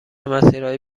مسیرهای